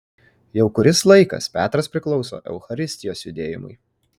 jau kuris laikas petras priklauso eucharistijos judėjimui